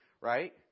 right